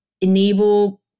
enable